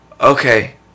okay